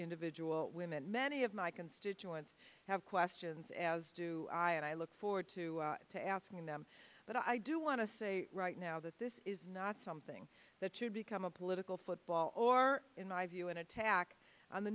individual women many of my constituents have questions as do i and i look forward to to asking them but i do want to say right now that this is not something that to become a political football or in my view an attack on the